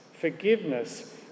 forgiveness